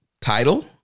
title